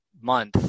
month